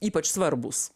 ypač svarbūs